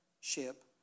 ship